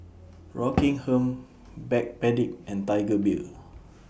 Rockingham Backpedic and Tiger Beer